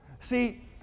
See